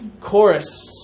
Chorus